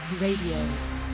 Radio